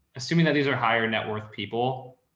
assuming that these are higher net worth people.